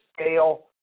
scale